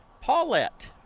Paulette